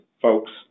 Folks